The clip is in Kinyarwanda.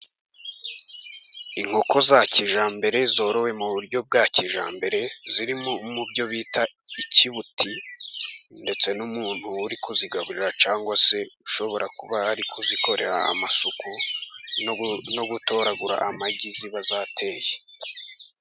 Inkoko za kijyambere zorowe mu buryo bwa kijyambere, ziri mubyo bita ikibuti. Ndetse n'umuntu uri kuzigaburira cyangwa se ushobora kuba ari kuzikorera amasuku, no gutoragura amagi ziba zateye.